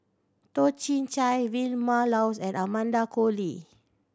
Toh Chin Chye Vilma Laus and Amanda Koe Lee